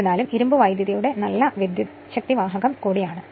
എന്നിരുന്നാലും ഇരുമ്പ് വൈദ്യുതിയുടെ നല്ല വിദ്യൂച്ഛക്തിവാഹകം കൂടിയാണ്